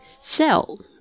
sell